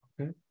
Okay